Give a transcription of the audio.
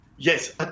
Yes